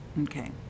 Okay